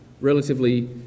relatively